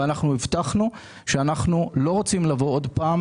והבטחנו שאנחנו לא רוצים לבוא שוב,